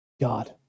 god